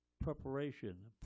preparation